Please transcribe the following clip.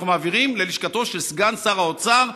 אנחנו מעבירים ללשכתו של סגן שר האוצר,